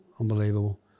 unbelievable